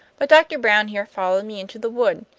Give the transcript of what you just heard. but doctor brown here followed me into the wood,